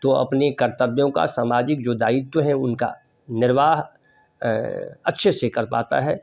तो अपने कर्तव्यों का सामाजिक जो दायित्व हैं उनका निर्वाह अच्छे से कर पाता है